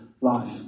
life